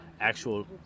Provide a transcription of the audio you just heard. actual